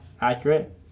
accurate